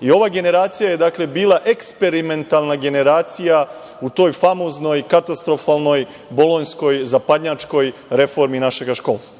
i ova generacija je bila eksperimentalna generacija u toj famoznoj i katastrofalnoj bolonjskoj zapadnjačkoj reformi našega školstva.